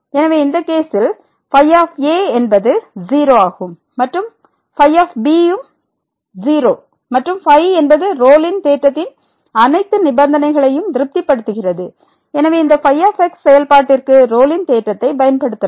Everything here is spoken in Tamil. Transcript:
எனவே இந்த கேசில் ϕ என்பது 0 ஆகும் மற்றும் ϕ ம் 0 மற்றும் φ என்பது ரோலின் தேற்றத்தின் அனைத்து நிபந்தனைகளையும் திருப்திப்படுத்துகிறது எனவே இந்த ϕ செயல்பாட்டிற்கு ரோலின் தேற்றத்தை பயன்படுத்தலாம்